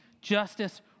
justice